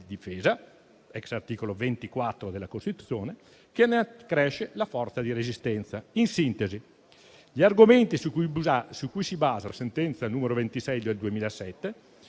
difesa (articolo 24 della Costituzione), che ne accresce la forza di resistenza [...]». In sintesi, gli argomenti su cui si basa la sentenza n. 26 del 2007